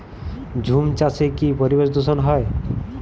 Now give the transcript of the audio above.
ঝুম চাষে কি পরিবেশ দূষন হয়?